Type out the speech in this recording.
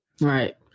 Right